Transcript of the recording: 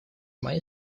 моей